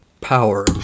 power